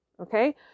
Okay